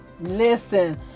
Listen